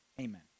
Amen